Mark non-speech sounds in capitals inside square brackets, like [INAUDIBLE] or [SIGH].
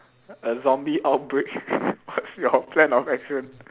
a zombie outbreak [LAUGHS] what's your plan of action